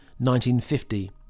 1950